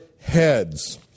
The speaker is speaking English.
heads